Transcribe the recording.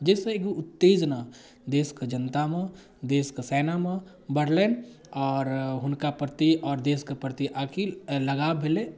जाहिसँ एगो उत्तेजना देशके जनतामे देशके सेनामे बढ़लै आओर हुनका प्रति आओर देशके प्रति आखिर लगाब भेलै